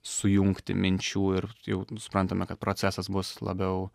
sujungti minčių ir jau suprantame kad procesas bus labiau